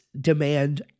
demand